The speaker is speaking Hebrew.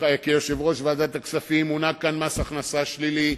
כיושב-ראש ועדת הכספים, הונהג כאן מס הכנסה שלילי.